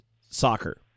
soccer